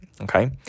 Okay